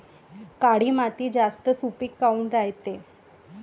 काळी माती जास्त सुपीक काऊन रायते?